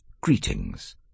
Greetings